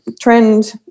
trend